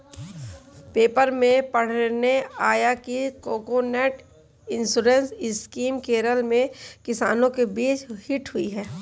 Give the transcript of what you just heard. paper में पढ़ने आया कि कोकोनट इंश्योरेंस स्कीम केरल में किसानों के बीच हिट हुई है